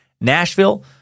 Nashville